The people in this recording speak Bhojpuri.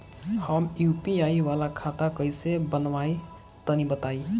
हम यू.पी.आई वाला खाता कइसे बनवाई तनि बताई?